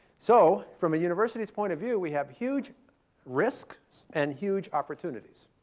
so from a university's point of view, we have huge risk and huge opportunities.